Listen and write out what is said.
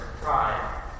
pride